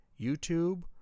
YouTube